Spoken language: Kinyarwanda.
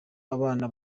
abana